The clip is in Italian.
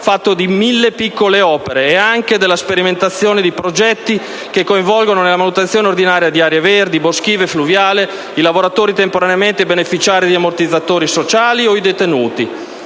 fatto di mille piccole opere, e anche della sperimentazione di progetti che coinvolgano, nella manutenzione ordinaria di aree verdi, boschive e fluviali, i lavoratori temporaneamente beneficiari di ammortizzatori sociali o i detenuti.